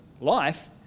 life